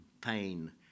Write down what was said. pain